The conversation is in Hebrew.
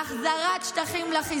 את ממשיכה עם השקרים של ראש הממשלה.